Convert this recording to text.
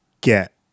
get